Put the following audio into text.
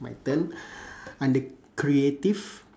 my turn under creative